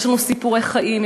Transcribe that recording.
יש לנו סיפורי חיים,